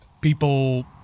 people